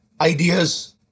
ideas